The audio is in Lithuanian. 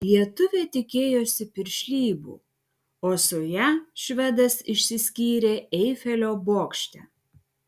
lietuvė tikėjosi piršlybų o su ja švedas išsiskyrė eifelio bokšte